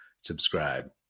subscribe